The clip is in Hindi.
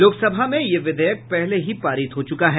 लोकसभा में यह विधेयक पहले ही पारित हो चुका है